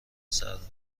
سرمایه